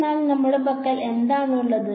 എന്നാൽ നമ്മുടെ പക്കൽ എന്താണ് ഉള്ളത്